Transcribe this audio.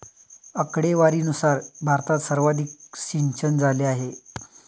आकडेवारीनुसार भारतात सर्वाधिक सिंचनझाले आहे